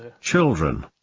Children